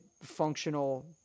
functional